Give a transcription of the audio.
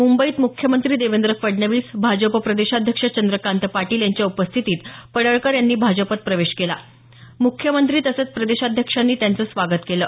मुंबईत मुख्यमंत्री देवेंद्र फडणवीस भाजप प्रदेशाध्यक्ष चंदक्रांत पाटील यांच्या उपस्थितीत पडळकर यांनी पक्षात प्रवेश केला मुख्यमंत्री तसंच प्रदेशाध्यक्षांनी त्यांचं स्वागत केलं